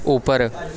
ਉੱਪਰ